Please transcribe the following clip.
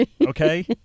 okay